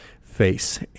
face